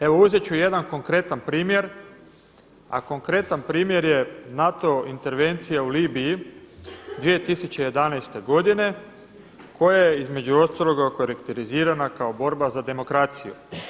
Evo uzeti ću jedan konkretan primjer, a konkretan primjer je NATO intervencija u Libiji 2011. godine koja je između ostaloga okarakterizirana kao borba za demokraciju.